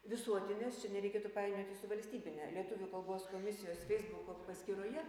visuotinės čia nereikėtų painioti su valstybine lietuvių kalbos komisijos feisbuko paskyroje